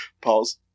Pause